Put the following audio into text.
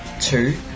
Two